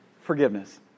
forgiveness